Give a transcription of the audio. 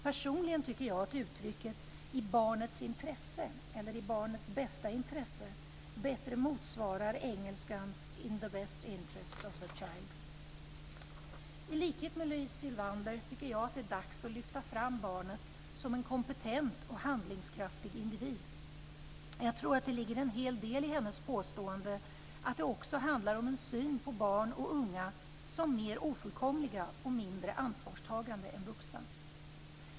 Personligen tycker jag att uttrycket "i barnets intresse" eller "i barnets bästa intresse" bättre motsvarar engelskans in the best interest of the child. I likhet med Louise Sylwander tycker jag att det är dags att lyfta fram barnet som en kompetent och handlingskraftig individ. Jag tror att det ligger en hel del i hennes påstående att det också handlar om en syn på barn och unga som mer ofullkomliga och mindre ansvarstagande än vuxna.